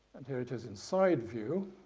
and here it is in side view.